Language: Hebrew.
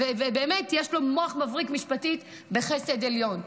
ויש לו מוח מבריק, משפטי, בחסד עליון.